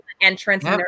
entrance